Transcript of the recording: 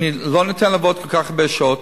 אני לא אתן לעבוד כל כך הרבה שעות.